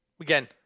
again